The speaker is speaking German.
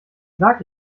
sag